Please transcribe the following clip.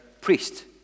priest